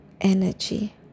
energy